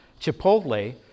Chipotle